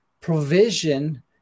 provision